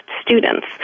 students